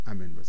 Amen